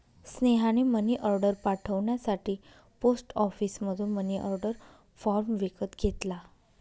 स्नेहाने मनीऑर्डर पाठवण्यासाठी पोस्ट ऑफिसमधून मनीऑर्डर फॉर्म विकत घेतला